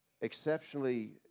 exceptionally